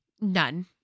None